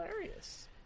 hilarious